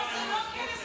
אבל זה לא כנס נגד הדת.